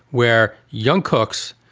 where young cooks,